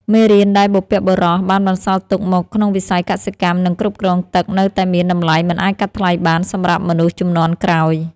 មេរៀនដែលបុព្វបុរសបានបន្សល់ទុកមកក្នុងវិស័យកសិកម្ម និងគ្រប់គ្រងទឹកនៅតែមានតម្លៃមិនអាចកាត់ថ្លៃបានសម្រាប់មនុស្សជំនាន់ក្រោយ។